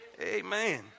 Amen